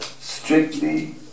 strictly